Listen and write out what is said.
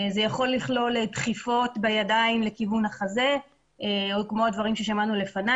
זה יכול לכלול דחיפות בידיים לכיוון החזה או כמו הדברים ששמענו קודם,